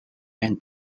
and